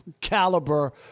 caliber